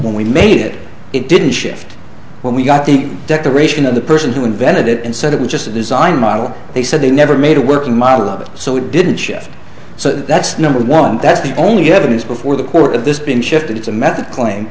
when we made it it didn't shift when we got the declaration of the person who invented it and said it was just a design model they said they never made a working model of it so it didn't shift so that's number one that's the only evidence before the court of this been shifted it's a method claim